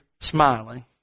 smiling